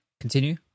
Continue